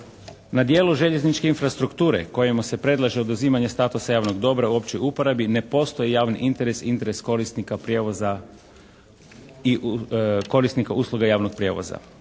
Na dijelu željezničke infrastrukture kojima se predlaže oduzimanje statusa javnog dobra u općoj uporabi ne postoji javni interes i interes korisnika prijevoza